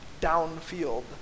downfield